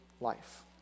life